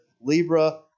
Libra